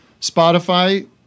Spotify